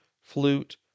flute